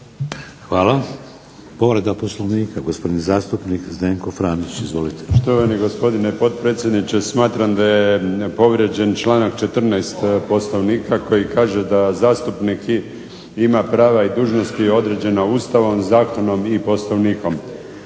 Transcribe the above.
Hvala. Povreda Poslovnika, gospodin zastupnik Zdenko Franić. Izvolite. **Franić, Zdenko (SDP)** Štovani gospodine potpredsjedniče, smatram da je povrijeđen članak 14. POslovnika koji kaže da zastupnik ima prava i dužnosti određena Ustavom, zakonom i POslovnikom.